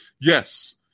Yes